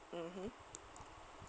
mmhmm